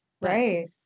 right